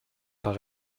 par